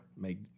make